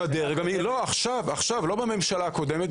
עכשיו, לא בממשלה הקודמת.